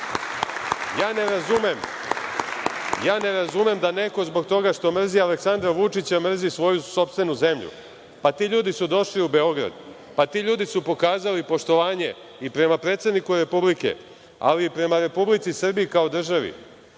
razumem da neko zbog toga što mrzi Aleksandra Vučića mrzi svoju sopstvenu zemlju. Pa ti ljudi su došli u Beograd. Pa ti ljudi su pokazali poštovanje i prema predsedniku Republike, ali i prema Republici Srbiji kao državi.